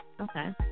Okay